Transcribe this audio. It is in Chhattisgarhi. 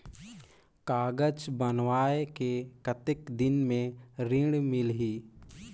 कागज बनवाय के कतेक दिन मे ऋण मिलही?